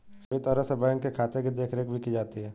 सभी तरह से बैंक के खाते की देखरेख भी की जाती है